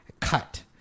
Cut